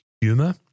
humor